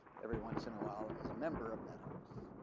every once in a while, as a member of that house.